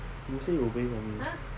you say you'll pay for me